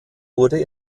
wurde